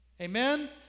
amen